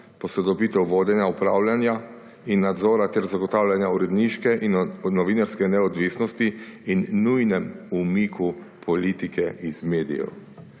posodobitev vodenja, upravljanja in nadzora ter zagotavljanja uredniške in novinarske neodvisnosti in nujnem umiku politike iz medijev.